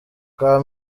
bwa